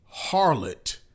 harlot